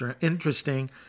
Interesting